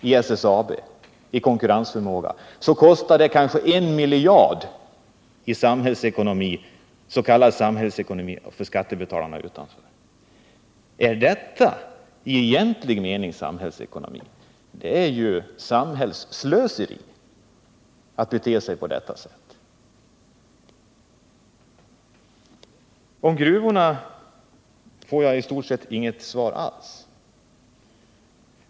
Men detta kostar kanske en miljard för den s.k. samhällsekonomin och för skattebetalarna. Är detta i egentlig mening samhällsekonomiskt? Det är ju samhällsslöseri att bete sig på detta sätt. Beträffande gruvorna får jag i stort sett inget svar alls.